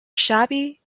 shabby